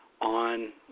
on